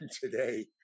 today